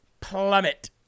plummet